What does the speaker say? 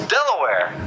Delaware